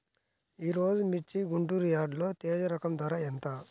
ఈరోజు మిర్చి గుంటూరు యార్డులో తేజ రకం ధర ఎంత?